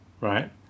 right